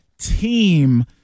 team